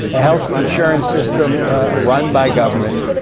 a health insurance system run by government,